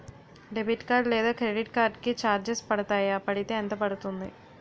Debit card లేదా credit card కి charges పడతాయా? పడితే ఎంత పడుతుంది?